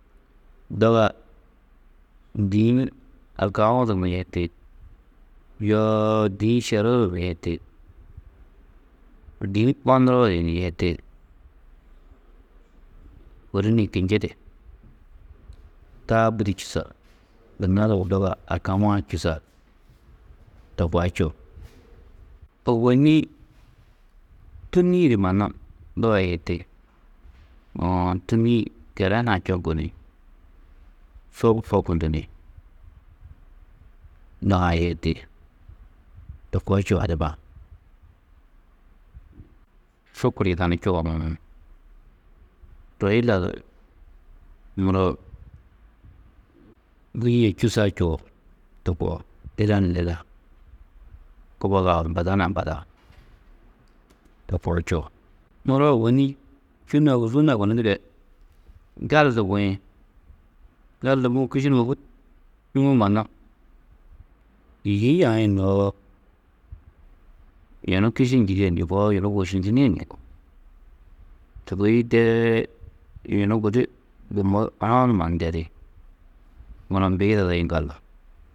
Doga dîĩ alkaũ mi yihiti, yoo dîĩ šeruu ni yihiti, dîĩ onuroi di ni yihiti, hôrini kinjidi, taa budi čûsa, gunna doga alkauwa-ã čûsa, to kua čuo. Ôwonni tûnni-ĩ du mannu doga yihiti, uũ, tûnni-ĩ kele hunã čoŋgu ni sobu hokundu ni doga-ã yihiti, to koo čuo adiba-ã. Sukur yidanú čuo uũ, toi yilaadu, muro buîe čûsa čuo, to koo, lila ni lila. Kubogaa ambada ni ambada, to koo čuo, muro ôwonni čû na ôguzuu na gunú dige gali di buĩ, gali di buũ kiši numa hûtnuwo mannu yî yaĩ noo, yunu kiši njîdie ni yugó, yunu wošinjinîe ni yugó, sûgoi dee yunu gudi bummo onou mannudedi, muro mbi yidado yiŋgaallu.